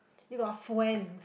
you got a friends